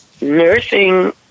nursing